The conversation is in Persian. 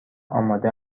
آماده